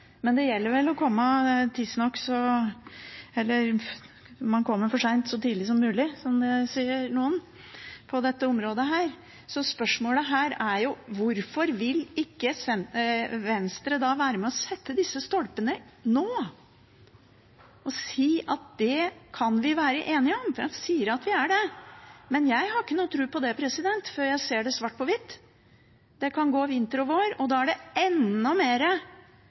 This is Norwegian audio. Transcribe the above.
men det gjelder vel å komme tidsnok, eller komme for seint så tidlig som mulig, som noen sier, på dette området. Spørsmålet her er jo: Hvorfor vil ikke Venstre være med og sette disse stolpene nå, og si at det kan vi være enige om? Representanten sier at vi er det, men jeg har ikke noen tro på det før jeg ser det svart på hvitt. Det kan gå vinter og vår, og da er det enda